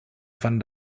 van